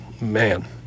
Man